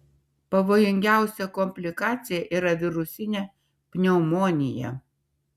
pavojingiausia komplikacija yra virusinė pneumonija